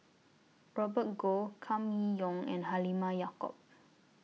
Robert Goh Kam Kee Yong and Halimah Yacob